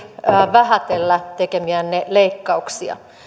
vähätellä tekemiänne leikkauksia